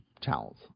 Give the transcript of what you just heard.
towels